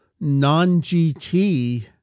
non-gt